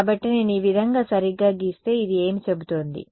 కాబట్టి నేను ఈ విధంగా సరిగ్గా గీస్తే ఇది ఏమి చెబుతోంది